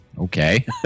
okay